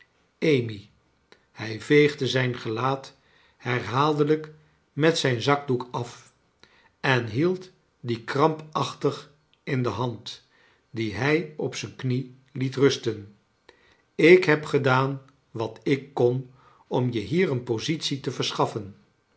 amy hij veegde zijn gelaat herhaaldelijk met zijn zakdoek af en hield dien kiampachtig in de hand die hij op zijn knie liet rusten ik heb gedaan wat ik kon om je hier een positie te vers